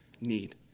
need